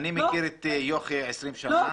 אני מכיר את יוכי 20 שנים,